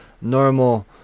normal